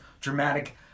dramatic